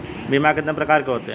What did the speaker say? बीमा कितने प्रकार के होते हैं?